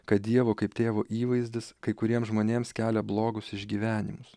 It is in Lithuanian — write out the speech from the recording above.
kad dievo kaip tėvo įvaizdis kai kuriems žmonėms kelia blogus išgyvenimus